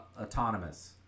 autonomous